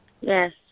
Yes